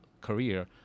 career